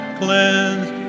cleanse